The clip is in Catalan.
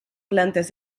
plantes